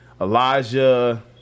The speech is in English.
Elijah